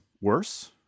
worse